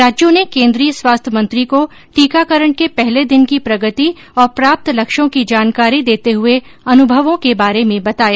राज्यों ने केन्द्रीय स्वास्थ्य मंत्री को टीकाकरण के पहले दिन की प्रगति और प्राप्त लक्ष्यों की जानकारी देते हये अनुभवों के बारे में बताया